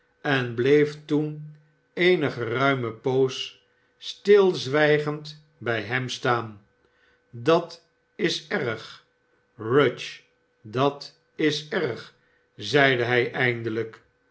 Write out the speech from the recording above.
en bleef toen eene geruime poos stilzwijgend bij hem staan dat is erg rudge dat is erg zeide hij eindelijk